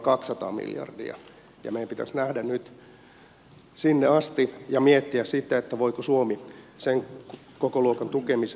meidän pitäisi nähdä nyt sinne asti ja miettiä sitten voiko suomi sen kokoluokan tukemisessa olla mukana